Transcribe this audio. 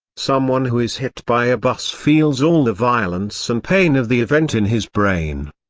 someone who is hit by a bus feels all the violence and pain of the event in his brain.